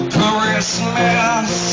Christmas